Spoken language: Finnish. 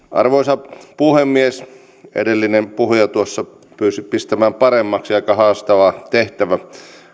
arvoisa puhemies edellinen puhuja tuossa pyysi pistämään paremmaksi aika haastava tehtävä